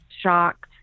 shocked